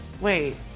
Wait